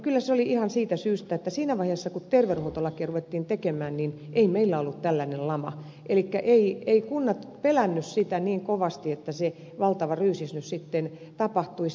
kyllä se oli ihan siitä syystä että siinä vaiheessa kun terveydenhuoltolakia ruvettiin tekemään ei meillä ollut tällainen lama elikkä kunnat eivät pelänneet sitä niin kovasti että se valtava ryysis nyt sitten tapahtuisi